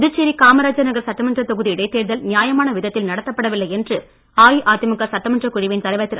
புதுச்சேரி காமராஜர் நகர் சட்டமன்றத் தொகுதி இடைத்தேர்தல் நியாயமான விதத்தில் நடத்தப்படவில்லை என்று அஇஅதிமுக சட்டமன்றக் குழுவின் தலைவர் திரு